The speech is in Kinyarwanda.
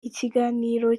ikiganiro